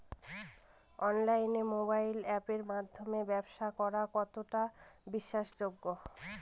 অনলাইনে মোবাইল আপের মাধ্যমে ব্যাবসা করা কতটা বিশ্বাসযোগ্য?